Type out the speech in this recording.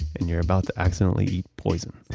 and you're about to accidentally eat poison